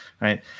Right